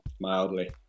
mildly